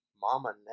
mama